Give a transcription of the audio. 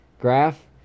graph